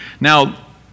Now